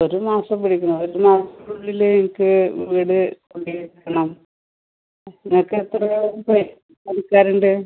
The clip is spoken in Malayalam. ഒരു മാസം പിടിക്കോ ഒരു മാസത്തിനുള്ളിൽ എനിക്ക് വീട് പണി തീർക്കണം ഇതിനൊക്കെ എത്ര ഏകദേശം പണിക്കാരുണ്ട്